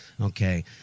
Okay